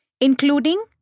including